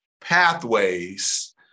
pathways